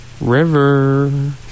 River